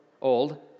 old